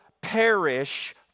perish